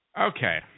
Okay